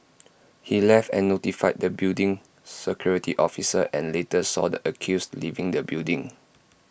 he left and notified the building security officer and later saw the accused leaving the building